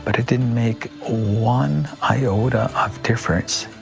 but it didn't make one iota of difference.